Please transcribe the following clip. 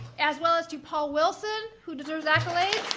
as well as to paul wilson, who deserves accolades.